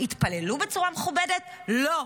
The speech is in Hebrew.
התפללו בצורה מכובדת, לא.